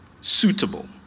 suitable